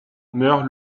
meurt